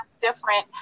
different